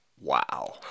wow